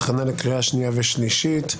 הכנה לקריאה שנייה ושלישית,